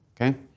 Okay